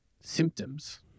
symptoms